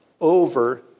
over